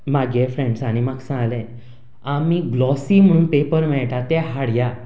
म्हज्या फ्रँडसांनी म्हाका सांगलें आमीं ग्लॉसी म्हणून पेपर मेळटा ते हाडया